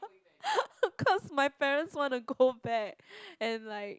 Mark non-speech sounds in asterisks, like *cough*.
*laughs* cause my parents wanna go back and like